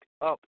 up